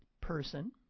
person